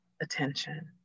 attention